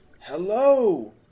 hello